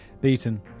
beaten